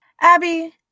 Abby